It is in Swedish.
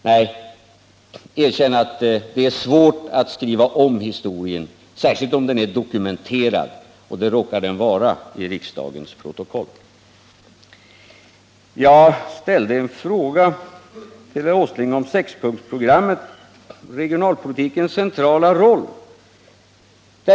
Nej, erkänn att det är svårt att skriva om historien — särskilt om den är dokumenterad, och det råkar den vara i riksdagens protokoll. Jag ställde en fråga till herr Åsling om sexpunktsprogrammet och om regionalpolitikens centrala roll.